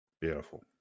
Beautiful